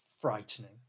frightening